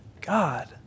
God